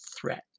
threat